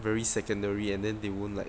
very secondary and then they won't like